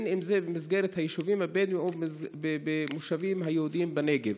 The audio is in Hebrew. אם במסגרת היישובים הבדואיים ואם במושבים היהודיים בנגב.